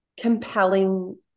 compelling